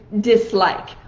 dislike